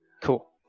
Cool